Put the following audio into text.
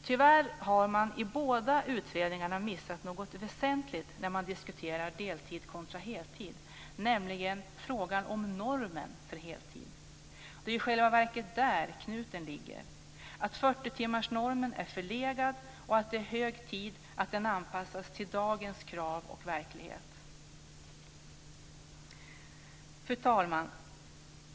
Tyvärr har man i båda utredningarna missat något väsentligt när man diskuterar deltid kontra heltid, nämligen frågan om normen för heltid. Det är i själva verket där knuten ligger. 40-timmarsnormen är förlegad. Det är hög tid att den anpassas till dagens krav och verklighet. Fru talman!